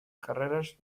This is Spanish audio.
carreras